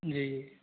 जी